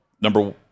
Number